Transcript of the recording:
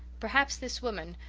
perhaps this woman,